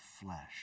flesh